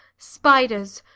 spiders,